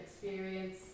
experience